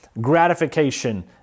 gratification